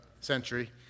century